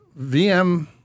VM